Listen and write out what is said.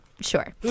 sure